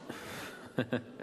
חדש?